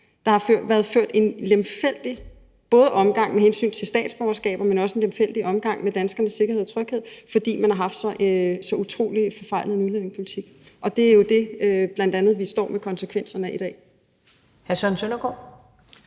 Der har været en lemfældig omgang både med statsborgerskaber, men også med danskernes sikkerhed og tryghed, fordi man har haft en så utrolig forfejlet udlændingepolitik. Det er jo bl.a. det, vi står med konsekvenserne af i dag. Kl. 23:51 Første